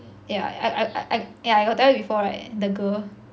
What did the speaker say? yeah I I I yeah I got tell you before right the girl